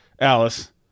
Alice